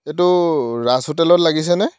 এইটো ৰাজ হোটেলত লাগিছেনে